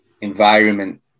environment